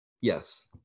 Yes